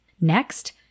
Next